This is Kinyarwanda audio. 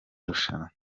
rushanwa